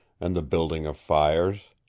and the building of fires.